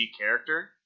character